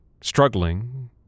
struggling